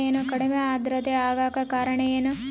ಕಡಿಮೆ ಆಂದ್ರತೆ ಆಗಕ ಕಾರಣ ಏನು?